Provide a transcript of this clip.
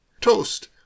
Toast